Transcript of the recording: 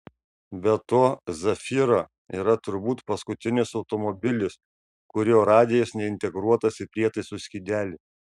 be to zafira yra turbūt paskutinis automobilis kurio radijas neintegruotas į prietaisų skydelį